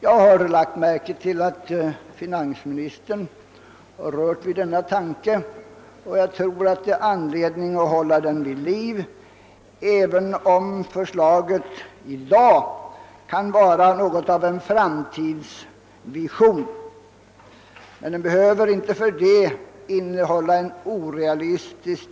Jag har lagt märke till att finansministern snuddat vid denna tanke, och jag tror att det finns anledning att hålla den vid liv även om förslaget i dag kan te sig som något av en framtidsvision. Men tanken bakom det behöver för den skull inte vara orealistisk.